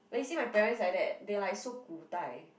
like you see my parents like that they like so 古代